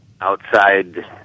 outside